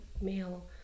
male